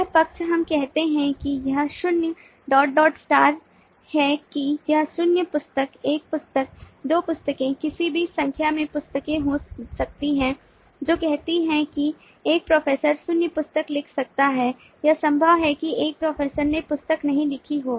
यह पक्ष हम कहते हैं कि यह शून्य डॉट डॉट स्टार है कि यह शून्य पुस्तक एक पुस्तक दो पुस्तकें किसी भी संख्या में पुस्तकें हो सकती हैं जो कहती हैं कि एक प्रोफेसर शून्य पुस्तक लिख सकता है यह संभव है कि एक प्रोफेसर ने पुस्तक नहीं लिखी हो